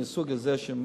מהסוג הזה,